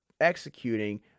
executing